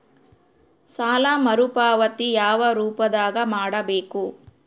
ಸಾಲ ಮರುಪಾವತಿ ಯಾವ ರೂಪದಾಗ ಮಾಡಬೇಕು?